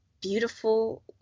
beautiful